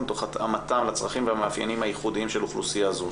תוך התאמתם לצרכים והמאפיינים הייחודיים של אוכלוסייה זו.